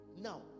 Now